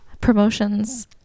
promotions